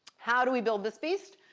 how do we build this beast?